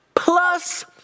Plus